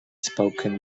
spoken